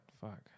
Fuck